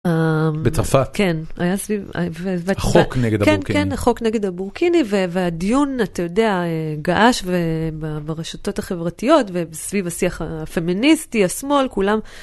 בצרפת, החוק נגד הבורקיני. כן, כן, החוק נגד הבורקיני, והדיון, אתה יודע, געש ברשתות החברתיות וסביב השיח הפמיניסטי, השמאל, כולם